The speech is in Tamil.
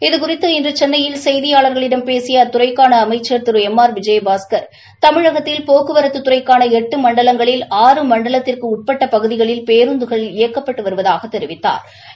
இது குறித்து இன்று சென்னையில் செய்தியாளா்களிடம் பேசிய அத்துறைக்காள அனமச்சள் திரு எம் ஆர் விஜயபாஸ்கா் தமிழகத்தில் போக்குவரத்துத் துறைக்கான எட்டு மண்டலங்களில் ஆறு மண்டலத்திற்கு உட்பட்ட பகுதிகளில் பேருந்துகள் இயக்கப்பட்டதாகத் தெரிவித்தாா்